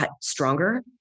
stronger